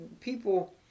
people